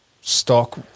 stock